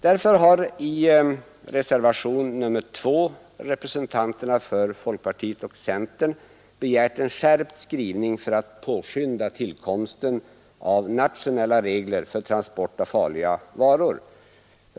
Därför har i reservationen 2 representanterna för folkpartiet och centerpartiet begärt en skärpt skrivning för att påskynda tillkomsten av nationella regler för transport av farliga varor.